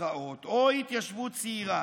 או "התיישבות צעירה",